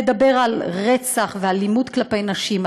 לדבר על רצח ואלימות כלפי נשים,